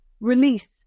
Release